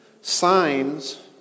signs